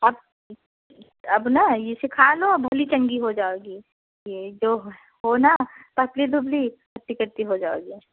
अब अब ना इसे खा लो भली चंगी हो जाओगी यह जो होना पतली दुबली हट्टी कट्टी हो जाओगी